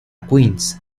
queens